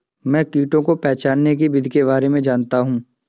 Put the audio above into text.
मैं कीटों को पहचानने की विधि के बारे में जनता हूँ